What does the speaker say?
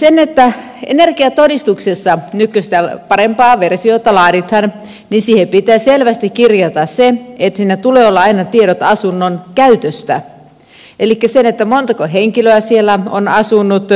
kun energiatodistuksesta nykyistä parempaa versiota laaditaan niin siihen pitää selvästi kirjata aina tiedot asunnon käytöstä elikkä montako henkilöä siellä on asunut